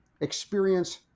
Experience